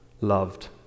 loved